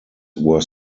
were